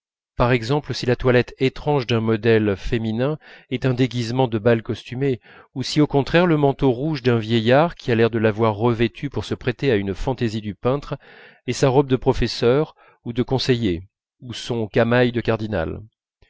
par exemple si la toilette étrange d'un modèle féminin est un déguisement de bal costumé ou si au contraire le manteau rouge d'un vieillard qui a l'air de l'avoir revêtu pour se prêter à une fantaisie du peintre est sa robe de professeur ou de conseiller ou son camail de cardinal